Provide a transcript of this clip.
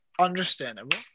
Understandable